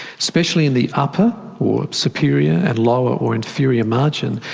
especially in the upper or superior and lower or inferior margin,